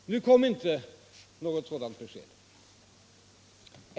Nu kom inte något sådant besked.